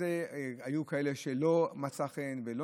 היו כאלה שזה לא מצא חן בעיניהם ולא